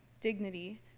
dignity